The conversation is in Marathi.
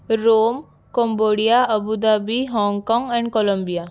रोम कंबोडिया अबुदाबी हाँगकाँग अँड कोलंबिया